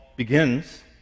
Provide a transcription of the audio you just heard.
Begins